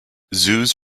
zoos